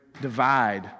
divide